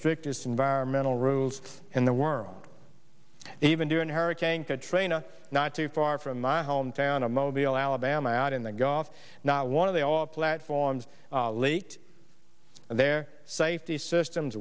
strictest environmental rules and the weren't even during hurricane katrina not too far from my hometown of mobile alabama out in the gulf not one of the all platforms leaked and their safety systems